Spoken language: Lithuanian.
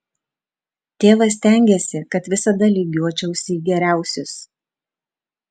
tėvas stengėsi kad visada lygiuočiausi į geriausius